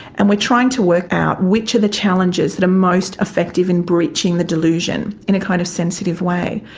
and we are trying to work out which of the challenges that are most effective in breaching the delusion in a kind of sensitive way.